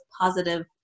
positive